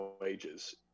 wages